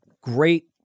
great